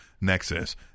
Nexus